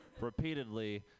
repeatedly